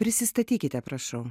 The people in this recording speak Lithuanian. prisistatykite prašau